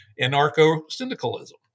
anarcho-syndicalism